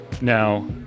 Now